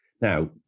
Now